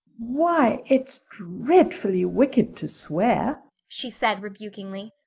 why it's dreadfully wicked to swear, she said rebukingly.